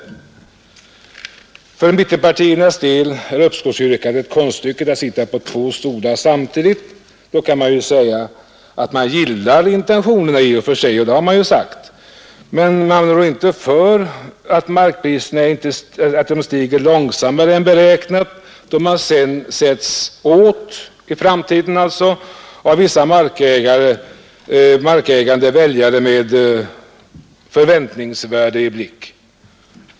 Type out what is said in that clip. För mittenpartiernas del innebär uppskovsyrkandet konststycket att sitta på två stolar samtidigt. Då kan man säga att man i och för sig gillar intentionerna — och det har man ju sagt — men man rår inte för att markpriserna stiger långsammare än beräknat då man sedan sätts åt av vissa markägande väljare med förväntningsvärde i blick.